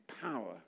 power